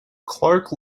clarke